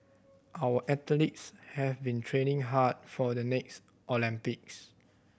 our athletes have been training hard for the next Olympics